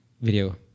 video